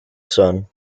son